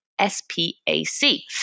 SPAC